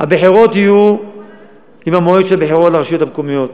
הבחירות יהיו במועד של הבחירות לרשויות המקומיות.